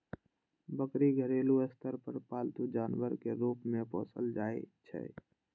बकरी घरेलू स्तर पर पालतू जानवर के रूप मे पोसल जाइ छै